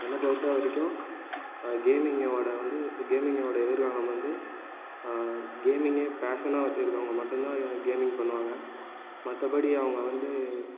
என்ன பொறுத்தவரைக்கு கேமிங்கவோடய வந்து கேமிங்கவோடய எதிர்காலம் வந்து கேமிங்கே பேஷனாக வச்சுருக்கவங்க மட்டும் தான் கேமிங் பண்ணுவாங்கள் மற்றபடி அவங்க வந்து